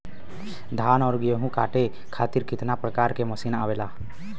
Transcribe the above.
धान और गेहूँ कांटे खातीर कितना प्रकार के मशीन आवेला?